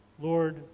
Lord